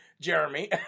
Jeremy